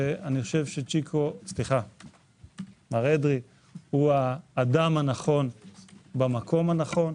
ולדעתי, מר אדרי הוא האדם הנכון במקום הנכון.